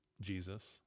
Jesus